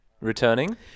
returning